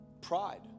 pride